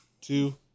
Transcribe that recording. two